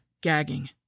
gagging